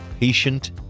Patient